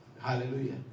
Hallelujah